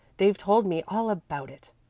they've told me all about it,